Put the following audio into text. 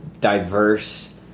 diverse